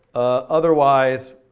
otherwise,